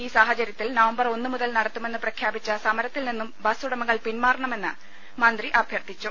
ഈ സാഹചര്യത്തിൽ നവംബർ ഒന്ന് മുതൽ നടത്തുമെന്ന് പ്രഖ്യാപിച്ച സമരത്തിൽ നിന്നും ബസ് ഉടമകൾ പിന്മാറണമെന്ന് മന്ത്രി അഭ്യർത്ഥിച്ചു